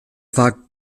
war